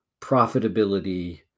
profitability